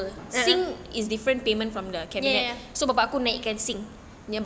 uh ya